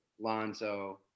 Lonzo